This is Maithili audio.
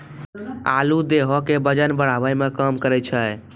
आलू देहो के बजन बढ़ावै के काम करै छै